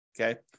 Okay